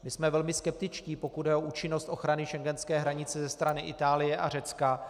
My jsme velmi skeptičtí, pokud jde o účinnost ochrany schengenské hranice ze strany Itálie a Řecka.